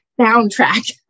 Soundtrack